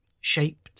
shaped